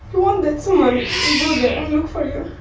he want that someone go there and look for you